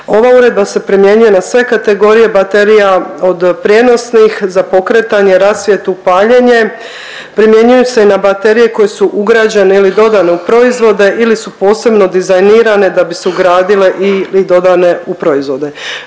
Ova uredba se primjenjuje na sve kategorije baterija od prijenosnih za pokretanje, rasvjetu, paljenje. Primjenjuju se i na baterije koje su ugrađene ili dodane u proizvode ili su posebno dizajnirane da bi se ugradile ili dodane u proizvode.